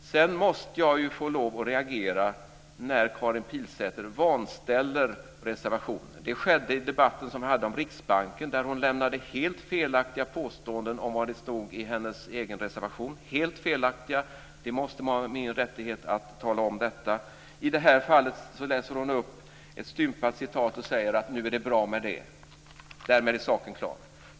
Sedan måste jag få lov att reagera när Karin Pilsäter vanställer reservationen. Det skedde i debatten som vi hade om Riksbanken, där hon lämnade helt felaktiga påståenden om vad det stod i hennes egen reservation. De var helt felaktiga. Det måste vara min rättighet att tala om detta. I det här fallet läser hon upp ett stympat citat och säger att det är bra med det. Därmed är saken klar.